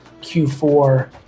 Q4